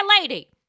lady